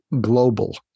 Global